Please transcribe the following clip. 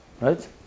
Right